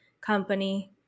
company